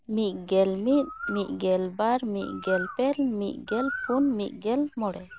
ᱢᱤᱫᱜᱮᱞ ᱢᱤᱫ ᱢᱤᱫᱜᱮᱞ ᱵᱟᱨ ᱢᱤᱫᱜᱮᱞ ᱯᱮ ᱢᱤᱫᱜᱮᱞ ᱯᱩᱱ ᱢᱤᱫᱜᱮᱞ ᱢᱚᱬᱮ